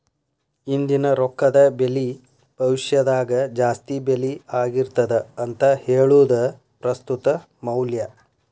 ಇಂದಿನ ರೊಕ್ಕದ ಬೆಲಿ ಭವಿಷ್ಯದಾಗ ಜಾಸ್ತಿ ಬೆಲಿ ಆಗಿರ್ತದ ಅಂತ ಹೇಳುದ ಪ್ರಸ್ತುತ ಮೌಲ್ಯ